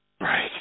Right